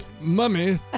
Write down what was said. Mummy